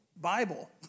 Bible